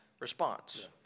Response